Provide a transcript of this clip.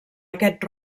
aquest